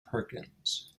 perkins